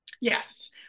Yes